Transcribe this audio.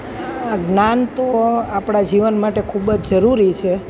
આ જ્ઞાન તો આપણાં જીવન માટે ખૂબ જ જરૂરી છે